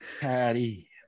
Patty